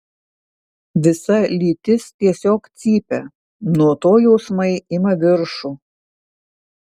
visa lytis tiesiog cypia nuo to jausmai ima viršų